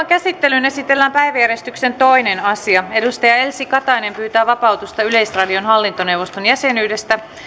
käsittelyyn esitellään päiväjärjestyksen toinen asia edustaja elsi katainen pyytää vapautusta yleisradion hallintoneuvoston jäsenyydestä